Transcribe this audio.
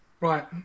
Right